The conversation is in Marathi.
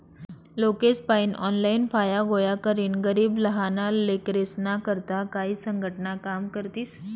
लोकेसपायीन ऑनलाईन फाया गोया करीन गरीब लहाना लेकरेस्ना करता काई संघटना काम करतीस